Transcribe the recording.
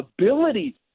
ability